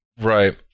Right